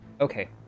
Okay